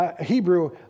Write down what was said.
Hebrew